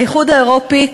האיחוד האירופי,